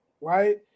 right